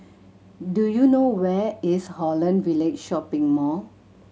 do you know where is Holland Village Shopping Mall